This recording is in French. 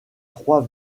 trois